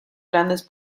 grandes